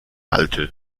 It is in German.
alte